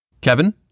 Kevin